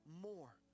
more